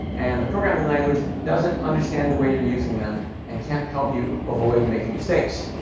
and the programming language doesn't understand the way you're using them and can help you avoid making mistakes.